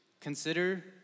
consider